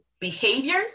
behaviors